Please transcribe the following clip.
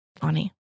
Funny